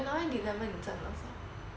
november december 你在做什么